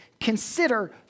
Consider